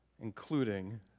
including